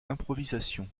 improvisation